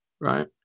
right